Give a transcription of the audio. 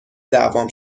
دعوام